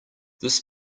this